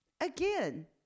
again